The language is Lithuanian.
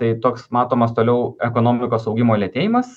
tai toks matomas toliau ekonomikos augimo lėtėjimas